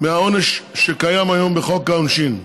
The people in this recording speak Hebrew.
מהעונש שקיים היום בחוק העונשין.